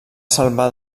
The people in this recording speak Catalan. salvar